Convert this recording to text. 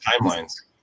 timelines